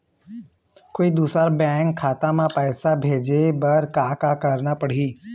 कोई दूसर बैंक खाता म पैसा भेजे बर का का करना पड़ही?